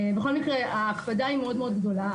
בכל מקרה ההקפדה היא מאוד גדולה.